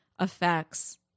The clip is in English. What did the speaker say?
effects